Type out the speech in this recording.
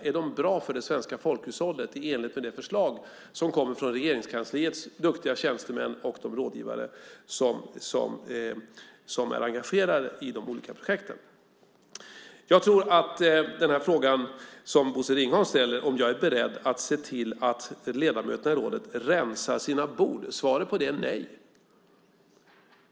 Är de bra för det svenska folkhushållet i enlighet med det förslag som kommer från Regeringskansliets duktiga tjänstemän och de rådgivare som är engagerade i de olika projekten? Bosse Ringholm frågar om jag är beredd att se till att ledamöterna i rådet rensar sina bord. Svaret på den frågan är nej.